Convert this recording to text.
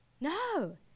no